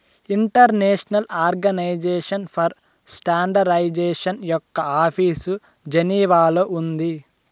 international organisation for standardisation యొక్క office జెనీవాలో ఉంది